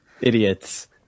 idiots